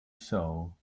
sow